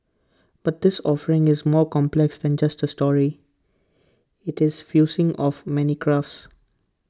but this offering is more complex than just A story IT is fusing of many crafts